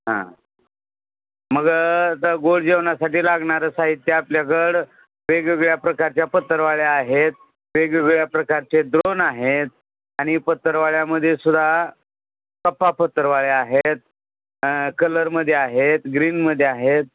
हा मग आता गोड जेवणासाठी लागणारं साहित्य आपल्याकडं वेगवेगळ्या प्रकारच्या पत्रावळ्या आहेत वेगवेगळ्या प्रकारचे द्रोण आहेत आणि पत्रावळ्यामध्ये सुद्धा कप्पा पत्रावळ्या आहेत कलरमध्ये आहेत ग्रीनमध्ये आहेत